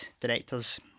directors